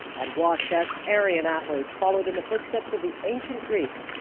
and watched as aryan athletes followed in the footsteps of the ancient greeks,